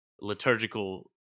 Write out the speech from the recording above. liturgical